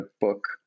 book